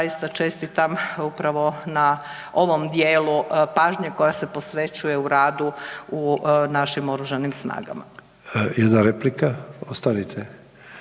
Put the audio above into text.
čestitam upravo na ovom dijelu pažnje koja se posvećuje u radu u našim oružanim snagama. **Sanader, Ante